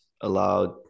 allowed